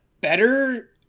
better